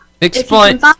Explain